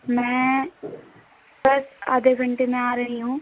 मैं बस आधे घंटे में आ रही हूँ